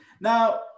Now